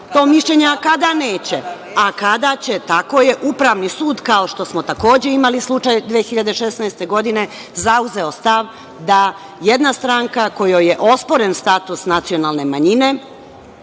to mišljenje, a kada neće, a kada će, tako je, Upravni sud kao što smo takođe imali slučaj 2016. godine, zauzeo je stav da jedna stranka kojoj je osporen status nacionalne manjine